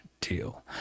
deal